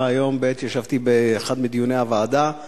היום בעת שישבתי באחד מדיוני הוועדות.